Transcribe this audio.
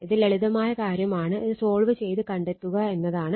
ഇത് ലളിതമായ കാര്യമാണ് ഇത് സോൾവ് ചെയ്ത് കണ്ടെത്തുക എന്നതാണ്